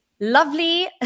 lovely